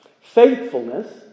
Faithfulness